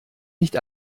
nicht